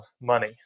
money